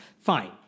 Fine